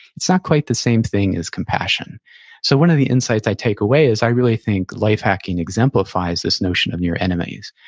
it's not quite the same thing as compassion so one of the insights i take away is i really think life hacking exemplifies this notion of near enemies.